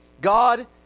God